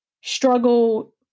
struggle